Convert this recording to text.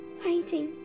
fighting